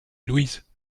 louise